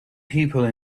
people